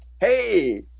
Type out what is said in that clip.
Hey